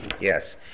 Yes